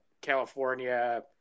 California